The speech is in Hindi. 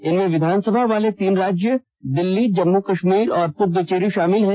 इनमें विधानसभा वाले तीन राज्य दिल्ली जम्मू कश्मीर और पुद्दचेरी शामिल हैं